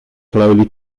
slowly